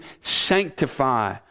sanctify